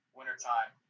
wintertime